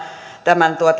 tämän